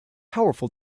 powerful